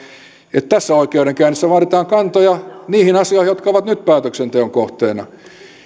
tässä oikeudenkäynnissä vaaditaan kantoja niihin asioihin jotka ovat nyt päätöksenteon kohteena